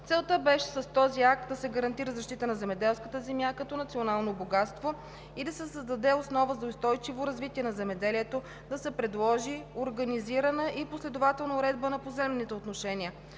Целта беше с този акт да се гарантира защита на земеделската земя като национално богатство и да се създаде основа за устойчиво развитие на земеделието, да се предложи организирана и последователна уредба на поземлените отношения,